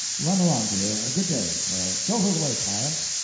run along, dear good-day show her the way, clarence.